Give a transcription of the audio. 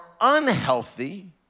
unhealthy